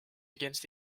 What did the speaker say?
against